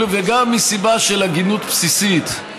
וגם מסיבה של הגינות בסיסית,